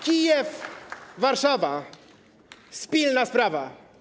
Kijew, Warszawa - spilna sprawa!